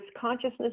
consciousness